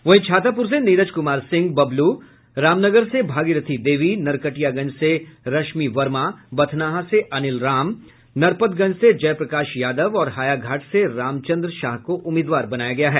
वहीं छातापुर से नीरज कुमार सिंह बबलू रामनगर से भागीरथी देवी नरकटियागंज से रश्मि वर्मा बथनाहा से अनिल राम नरपतगंज से जय प्रकाश यादव और हायाघाट से रामचन्द्र शाह को उम्मीदवार बनाया है